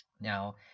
now